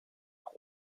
auch